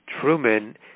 Truman